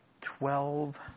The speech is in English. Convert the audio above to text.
twelve